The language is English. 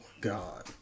God